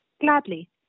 Gladly